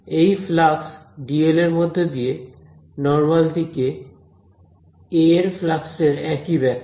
এই flux dl এর মধ্যে দিয়ে নরমাল দিকে A এর ফ্লাক্সের একই ব্যাখ্যা